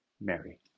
Mary